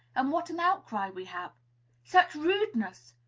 and what an outcry we have such rudeness!